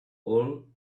all